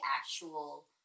actual